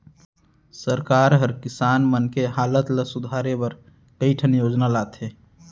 सरकार हर किसान मन के हालत ल सुधारे बर कई ठन योजना लाथे